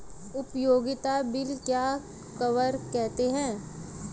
उपयोगिता बिल क्या कवर करते हैं?